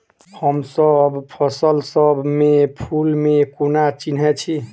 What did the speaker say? हमसब फसल सब मे फूल केँ कोना चिन्है छी?